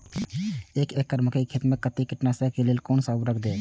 एक एकड़ मकई खेत में कते कीटनाशक के लेल कोन से उर्वरक देव?